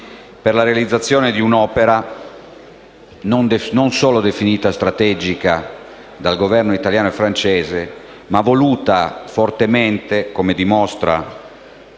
per la realizzazione di un'opera, non solo definita strategica dal Governo italiano e dal Governo francese, ma voluta fortemente, come dimostrano